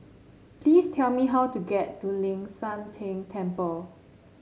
please tell me how to get to Ling San Teng Temple